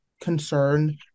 concern